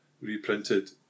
reprinted